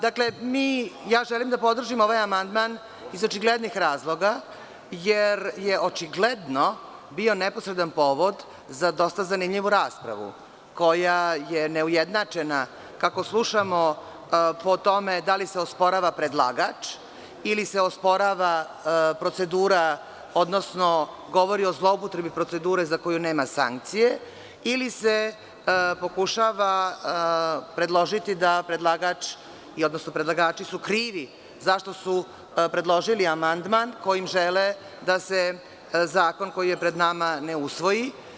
Dakle, želim da podržim ovaj amandman iz očiglednih razloga, jer je očigledno bio neposredan povod za dosta zanimljivu raspravu koja je neujednačena, kako slušamo o tome da li se osporava predlagač ili se osporava procedura, odnosno govori o zloupotrebi procedure za koju nema sankcije ili se pokušava predložiti da predlagač, odnosno, predlagači su krivi zašto su predložili amandman, kojim žele da se, zakon koji je pred nama ne usvoji.